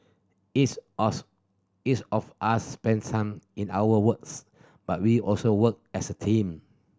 each us each of us spends time in our wards but we also work as a team